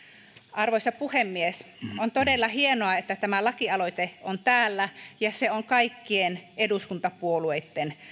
arvoisa puhemies on todella hienoa että tämä lakialoite on täällä ja se on kaikkien eduskuntapuolueitten